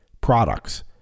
products